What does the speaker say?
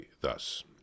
thus